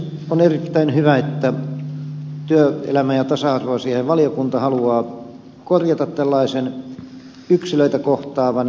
on erittäin hyvä että työelämä ja tasa arvoasiainvaliokunta haluaa korjata tällaisen yksilöitä kohtaavan väliinputoamisongelman